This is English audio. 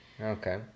Okay